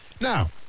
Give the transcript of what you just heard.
Now